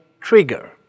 trigger